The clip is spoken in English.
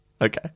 Okay